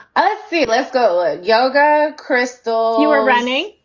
i feel iffco ah yoga. crystal, you are running.